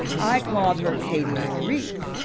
i called her katie maurice,